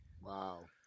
Wow